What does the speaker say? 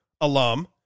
alum